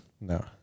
No